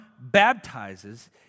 baptizes